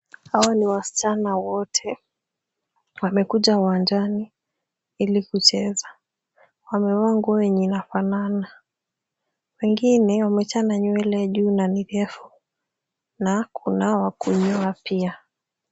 Hawa ni wasichana wote. Wamekuja uwanjani ili kucheza. Wamevaa nguo yenye inafanana. Wengine wamechana nywele juu na ni ndefu na kunao wa kunyoa pia.